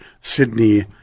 Sydney